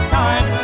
time